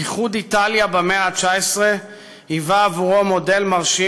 איחוד איטליה במאה ה-19 היווה עבורו מודל מרשים,